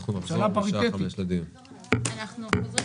אנחנו ממשיכים את הדיון בשעה 17:00. הישיבה